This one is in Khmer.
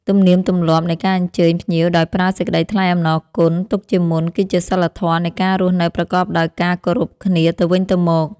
ទំនៀមទម្លាប់នៃការអញ្ជើញភ្ញៀវដោយប្រើសេចក្តីថ្លែងអំណរគុណទុកជាមុន គឺជាសីលធម៌នៃការរស់នៅប្រកបដោយការគោរពគ្នាទៅវិញទៅមក។